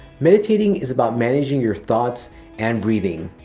meditating is about managing your thoughts and breathing.